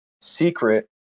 secret